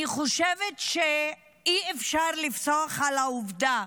אני חושבת שאי- אפשר לפסוח על העובדה: